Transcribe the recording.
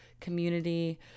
community